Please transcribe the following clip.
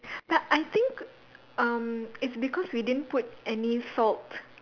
but I think um it's because we didn't put any salt